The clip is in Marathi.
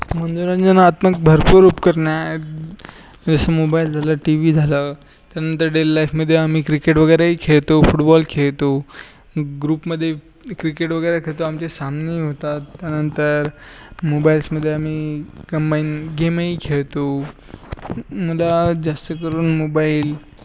मनोरंजनात्मक भरपूर उपकरणं आहेत जसं मोबाईल झालं टी वी झालं त्यानंतर डेली लाईफमध्ये आम्ही क्रिकेट वगैरेही खेळतो फुटबॉल खेळतो ग्रुपमध्ये क्रिकेट वगैरे खेळतो आमचे सामनेही होतात त्यानंतर मोबाईल्समध्ये आम्ही कम्बाईन गेमही खेळतो मला जास्त करून मोबाईल